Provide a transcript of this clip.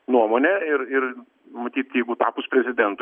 nuomonė ir ir matyt jeigu tapus prezidentu